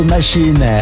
Machine